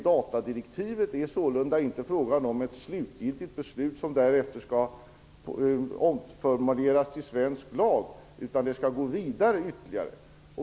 Datadirektivet är inte slutgiltigt beslutat för omformulering till svensk lag, utan det skall beredas ytterligare.